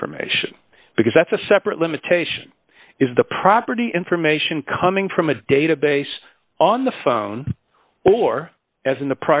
information because that's a separate limitation is the property information coming from a database on the phone or as in the